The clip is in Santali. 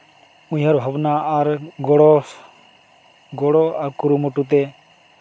ᱩᱭᱦᱟᱹᱨ ᱵᱷᱟᱵᱽᱱᱟ ᱟᱨ ᱜᱚᱲᱚ ᱜᱚᱲᱚ ᱟᱨ ᱠᱩᱨᱩᱢᱩᱴᱩᱛᱮ